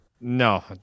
No